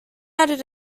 added